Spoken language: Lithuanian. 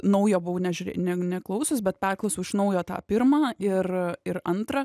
naujo buvau nežiūrė ne neklausius bet perklausiau iš naujo tą pirmą ir ir antrą